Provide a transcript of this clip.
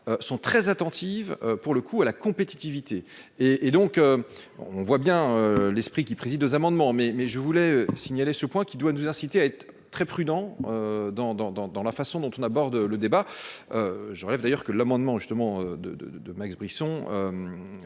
sont très attentives, pour le coup à la compétitivité et et donc on voit bien l'esprit qui préside aux amendements mais mais je voulais signaler ce point qui doit nous inciter à être très prudents dans, dans, dans, dans la façon dont on aborde le débat, je relève d'ailleurs que l'amendement justement de, de, de Max Brisson